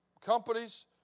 companies